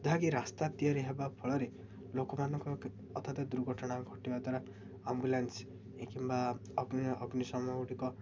ଯାହାକି ରାସ୍ତା ତିଆରି ହେବା ଫଳରେ ଲୋକମାନଙ୍କ ଅଥତ ଦୁର୍ଘଟଣା ଘଟିବା ଦ୍ୱାରା ଆମ୍ବୁଲାନ୍ସ କିମ୍ବା ଅଗ୍ନି ଅଗ୍ନିସମ ଗୁଡ଼ିକ